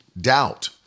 doubt